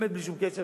באמת בלי שום קשר,